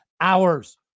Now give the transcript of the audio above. hours